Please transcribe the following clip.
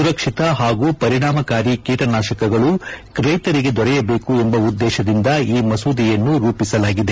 ಸುರಕ್ಷಿತ ಹಾಗೂ ಪರಿಣಾಮಕಾರಿ ಕೀಟನಾಶಕಗಳು ರೈತರಿಗೆ ದೊರೆಯಬೇಕು ಎಂಬ ಉದ್ದೇಶದಿಂದ ಈ ಮಸೂದೆಯನ್ನು ರೂಪಿಸಲಾಗಿದೆ